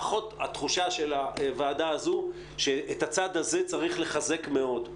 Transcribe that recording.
לפחות התחושה של הוועדה הזאת שאת הצעד הזה צריך לחזק מאוד.